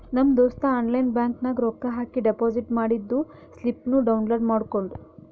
ನಮ್ ದೋಸ್ತ online bank ನಾಗ್ ರೊಕ್ಕಾ ಹಾಕಿ ಡೆಪೋಸಿಟ್ ಮಾಡಿದ್ದು ಸ್ಲಿಪ್ನೂ ಡೌನ್ಲೋಡ್ ಮಾಡ್ಕೊಂಡ್